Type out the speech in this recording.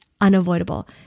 unavoidable